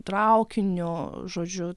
traukiniu žodžiu